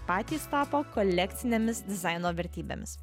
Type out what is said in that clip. patys tapo kolekcinėmis dizaino vertybėmis